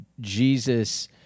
jesus